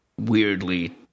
weirdly